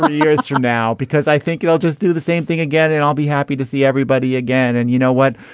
years from now because i think i'll just do the same thing again and i'll be happy to see everybody again and you know what.